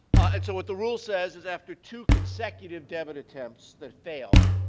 and so what the rule says is, after two consecutive debit attempts that fail,